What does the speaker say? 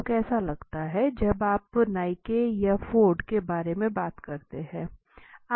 आपको कैसे लगता है जब आप नाइके या फोर्ड के बारे में बात करते हैं